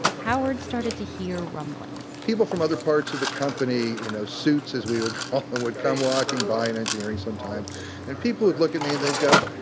howard started to hear rumblings people from other parts of the company, you know, suits as we would call them, would come walking by and engineering sometimes, and people would look at me and go,